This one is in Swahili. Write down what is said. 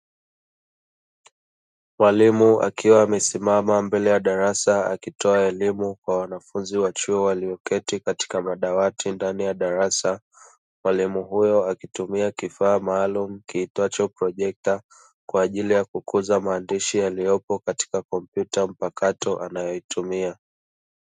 Mwalimu akiwa amesimama mbele ya darasa akitoa elimu kwa wanafunzi wa chuo walioketi katika madawati ndani ya darasa. Mwalimu huyo akitumia kifaa maalum kiitwacho projekta kwa ajili ya kukuza maandishi yaliyopo katika kompyuta mpakato anayoitumia.